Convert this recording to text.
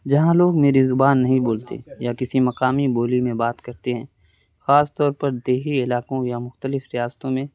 جہاں لوگ میری زبان نہیں بولتے یا کسی مقامی بولی میں بات کرتے ہیں خاص طور پر دیہی علاقوں یا مختلف ریاستوں میں